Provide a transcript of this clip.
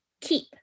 keep